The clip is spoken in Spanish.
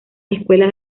escuela